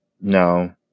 No